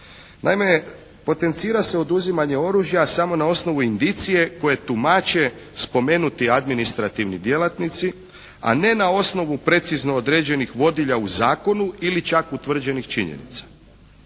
Naime, potencira se oduzimanje oružja samo na osnovu indicije koje tumače spomenuti administrativni djelatnici a ne na osnovu precizno određenih vodilja u zakonu ili čak utvrđenih činjenica.